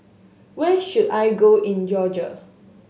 where should I go in Georgia